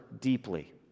deeply